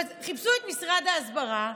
חיפשו את משרד ההסברה,